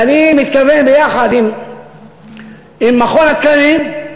ואני מתכוון, ביחד עם מכון התקנים,